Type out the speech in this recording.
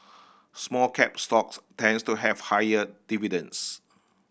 small cap stocks tends to have higher dividends